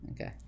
okay